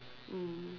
mm